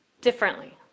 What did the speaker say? differently